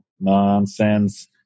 nonsense